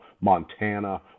Montana